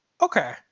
Okay